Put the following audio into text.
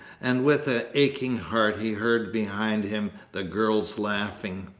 and with an aching heart he heard behind him the girls laughing.